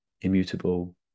immutable